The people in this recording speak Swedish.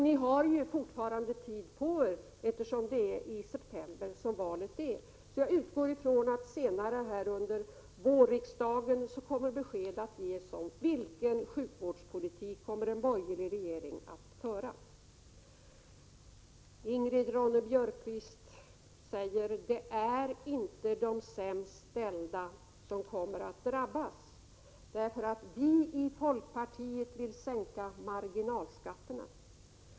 Ni har ju fortfarande tid på er, eftersom valet äger rum i september. Jag utgår från att det senare under vårriksdagen kommer att ges besked om vilken sjukvårdspolitik en borgerlig regering kommer att föra. Ingrid Ronne-Björkqvist säger: Det är inte de sämst ställda som kommer att drabbas, eftersom vi i folkpartiet vill sänka marginalskatterna.